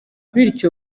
bityo